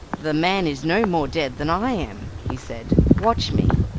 the man is no more dead than i am, he said watch me.